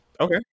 okay